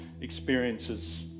experiences